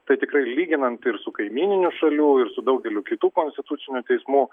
tai tikrai lyginant ir su kaimyninių šalių ir su daugeliu kitų konstitucinių teismų